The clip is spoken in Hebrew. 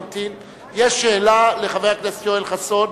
יש שאלה לחבר הכנסת יואל חסון,